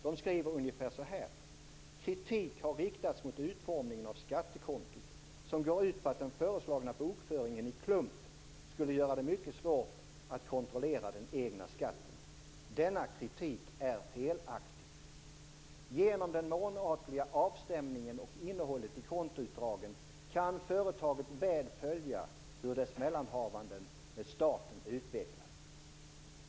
De skriver: "Kritik har riktats mot utformningen av skattekontot som går ut på att den föreslagna bokföringen i klump skulle göra det mycket svårt att kontrollera den egna skatten. Denna kritik är felaktig. -. Genom den månatliga avstämningen och innehållet i kontoutdragen kan företaget väl följa hur dess mellanhavanden med staten utvecklas.